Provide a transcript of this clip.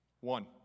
One